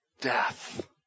death